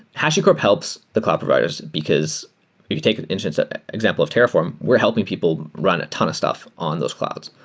hashicorp helps the cloud providers, because if we take ah the ah example of terraform, we're helping people run a ton of stuff on those clouds,